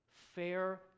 fair